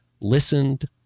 listened